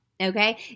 okay